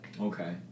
Okay